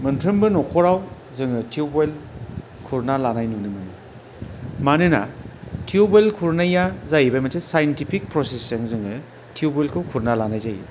मोनफ्रोमबो न'खराव जोङो टिउबवेल खुरना लानाय नुनो मोनो मानोना टिउबवेल खुरनाया जाहैबाय मोनसे साइन्टिफिक प्रसेसजों जोङो टिउबवेलखौ खुरना लानाय जायो